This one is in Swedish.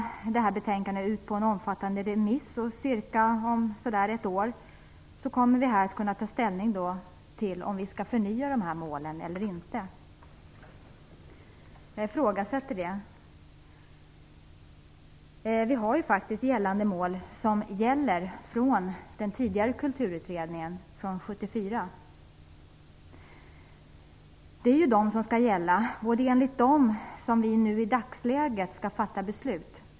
Därefter skall betänkandet ut på en omfattande remiss. Om ungefär ett år kommer vi sedan att här kunna ta ställning till om målen skall förnyas eller inte. Jag ifrågasätter det. Vi har ju mål som gäller från den tidigare kulturutredningen, från 1974. Det är de målen som skall gälla, och det är enligt dessa som vi i dagsläget skall fatta beslut.